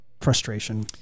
frustration